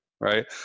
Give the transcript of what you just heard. right